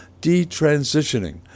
detransitioning